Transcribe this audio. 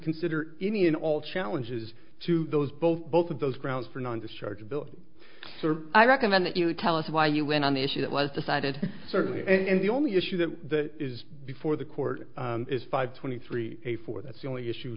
consider any and all challenges to those both both of those grounds for non discharge ability i recommend that you tell us why you went on the issue that was decided certainly and the only issue that is before the court is five twenty three a for that's the only issue